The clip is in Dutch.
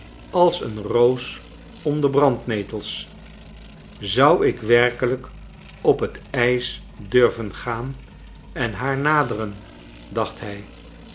als een roos onder brandnetels zou ik werkelijk op het ijs durven gaan en haar naderen dacht hij